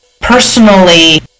personally